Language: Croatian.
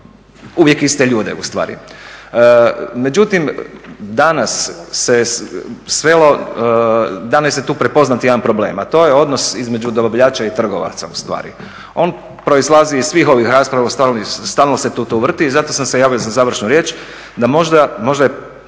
uvijek iste ljude ustvari. Međutim, danas se svelo, dalo se tu prepoznati jedan problem a to je odnos između dobavljača i trgovaca ustvari. On proizlazi iz svih ovih rasprava i stalno se tu to vrti i zato sam se javio za završnu riječ da možda je